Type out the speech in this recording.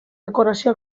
decoració